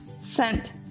Scent